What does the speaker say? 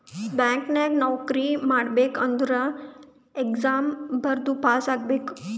bank ನಾಗ್ ನೌಕರಿ ಮಾಡ್ಬೇಕ ಅಂದುರ್ ಎಕ್ಸಾಮ್ ಬರ್ದು ಪಾಸ್ ಆಗ್ಬೇಕ್